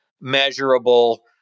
measurable